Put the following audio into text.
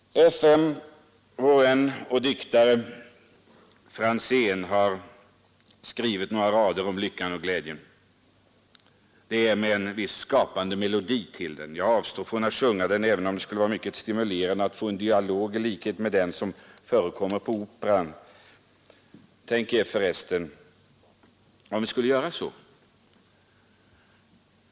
Vår vän och diktare F. M. Franzén har skrivit några rader om lyckan och glädjen. De är skapade med melodi. Jag avstår från att sjunga dem, även om det skulle vara mycket stimulerande att få en dialog i likhet med den som förekommer på Operan. Tänk er för resten om vi skulle göra så.